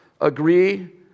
agree